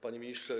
Panie Ministrze!